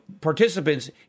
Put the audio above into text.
participants